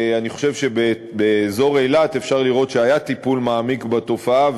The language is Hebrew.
אני חושב שבאזור אילת אפשר לראות שהיה טיפול מעמיק בתופעה,